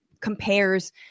compares